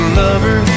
lover